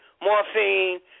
morphine